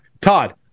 todd